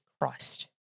Christ